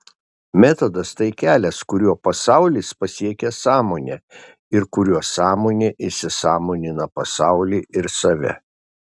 metodas tai kelias kuriuo pasaulis pasiekia sąmonę ir kuriuo sąmonė įsisąmonina pasaulį ir save